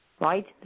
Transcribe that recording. right